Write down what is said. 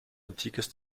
antikes